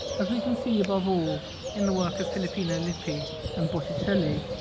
as we can see above all in the work filippino lippi and botticelli.